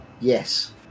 Yes